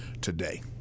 today